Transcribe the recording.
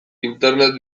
internet